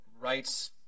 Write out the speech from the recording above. rights